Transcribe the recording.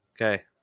Okay